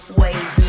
ways